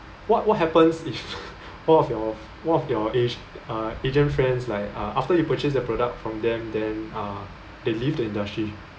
what what happens if one of your one of your age~ uh agent friends like uh after you purchase the product from them then uh they leave the industry